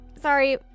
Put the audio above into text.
sorry